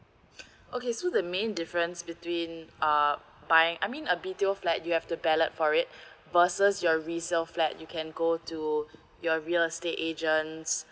okay so the main difference between uh five I mean a B_T_O flat you have the ballot for it versus your resale flat you can go to your real estate agents